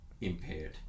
impaired